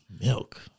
Milk